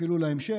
אפילו להמשך.